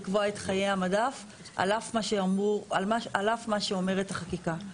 בסופה יבוא "וקביעת אורך חיי מדף"; (ב) בסעיף קטן (ב),